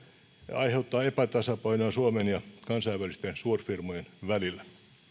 aiheuttaa epätasapainoa suomen ja kansainvälisten suurfirmojen välillä